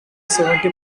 seventy